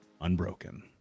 Unbroken